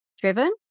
driven